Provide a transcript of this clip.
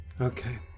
Okay